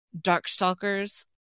Darkstalkers